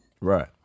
Right